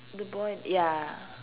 the boy ya